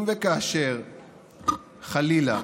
אם וכאשר חלילה